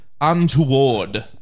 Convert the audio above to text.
untoward